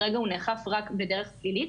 כרגע הוא נאכף רק בדרך פלילית,